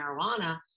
marijuana